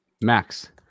max